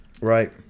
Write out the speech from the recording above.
right